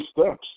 steps